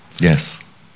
Yes